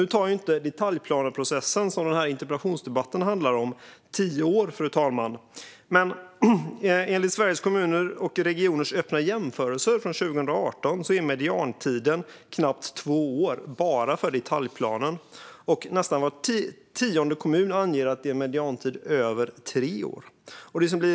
Nu tar ju inte detaljplaneprocessen, som den här interpellationsdebatten handlar om, tio år, men enligt Sveriges Kommuner och Regioners öppna jämförelser från 2018 är mediantiden knappt två år bara för detaljplanen. Nästan var tionde kommun anger en mediantid över tre år.